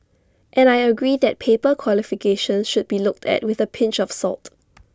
and I agree that paper qualifications should be looked at with A pinch of salt